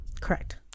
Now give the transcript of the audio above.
Correct